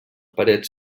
paret